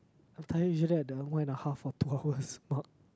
I'm tired usually at the one and a half or two hours mark